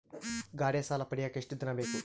ಗಾಡೇ ಸಾಲ ಪಡಿಯಾಕ ಎಷ್ಟು ದಿನ ಬೇಕು?